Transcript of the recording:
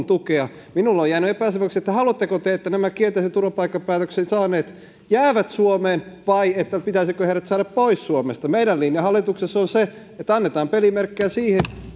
tukea minulle on jäänyt epäselväksi haluatteko te että nämä kielteisen turvapaikkapäätöksen saaneet jäävät suomeen vai pitäisikö heidät saada pois suomesta meidän linjamme hallituksessa on se että annetaan pelimerkkejä siihen